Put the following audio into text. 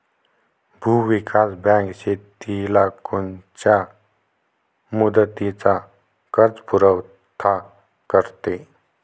भूविकास बँक शेतीला कोनच्या मुदतीचा कर्जपुरवठा करते?